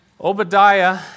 Obadiah